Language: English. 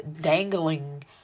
dangling